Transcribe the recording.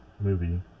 movie